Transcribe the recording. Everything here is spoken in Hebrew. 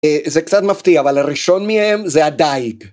זה קצת מפתיע, אבל הראשון מהם זה הדייג.